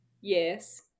Yes